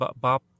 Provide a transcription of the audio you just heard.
bob